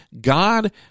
God